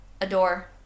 Adore